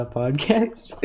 podcast